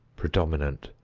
predominant,